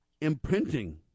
imprinting